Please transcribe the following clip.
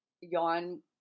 Yawn